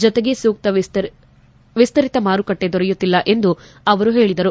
ಜೊತೆಗೆ ಸೂಕ್ಷ ವಿಸ್ತರಿತ ಮಾರುಕಟ್ಟೆ ದೊರೆಯುತ್ತಿಲ್ಲ ಎಂದು ಅವರು ಹೇಳಿದರು